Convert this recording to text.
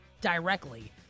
directly